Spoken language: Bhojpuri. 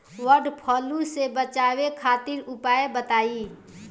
वड फ्लू से बचाव खातिर उपाय बताई?